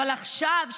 אבל עכשיו,